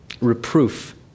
Reproof